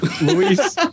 Luis